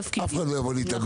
אף אחד לא יבוא להתאבד.